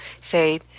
say